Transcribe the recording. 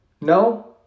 No